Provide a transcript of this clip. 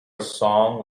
song